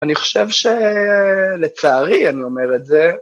‫אני חושב שלצערי, אני אומר את זה,